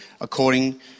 according